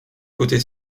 côté